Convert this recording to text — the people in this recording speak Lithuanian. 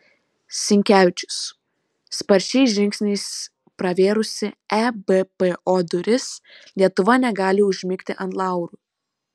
sinkevičius sparčiais žingsniais pravėrusi ebpo duris lietuva negali užmigti ant laurų